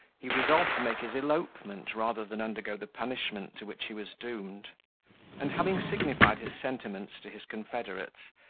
he resolved to make his elopement rather than undergo the punishment to which he was doomed and having signified his sentiments to his confederates,